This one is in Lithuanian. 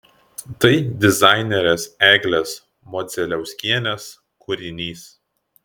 tai dizainerės eglės modzeliauskienės kūrinys